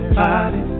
body